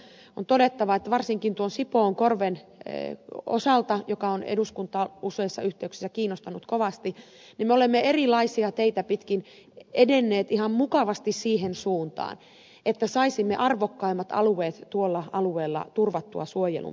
on todettava että varsinkin sipoonkorven osalta joka on eduskuntaa useissa yhteyksissä kiinnostanut kovasti me olemme erilaisia teitä pitkin edenneet ihan mukavasti siihen suuntaan että saisimme arvokkaimmat alueet tuolla alueella turvattua suojelun piiriin